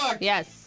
Yes